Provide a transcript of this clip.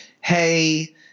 hey